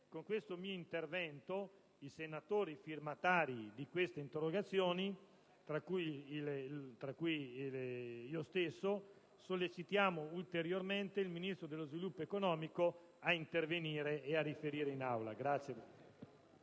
Con questo mio intervento i senatori firmatari di queste interrogazioni, tra cui io stesso, sollecitano ulteriormente il Ministro dello sviluppo economico ad intervenire e a riferire in Aula.